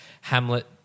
Hamlet